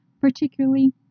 particularly